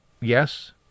yes